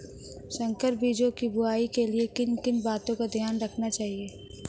संकर बीजों की बुआई के लिए किन किन बातों का ध्यान रखना चाहिए?